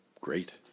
great